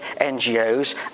NGOs